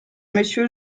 monsieur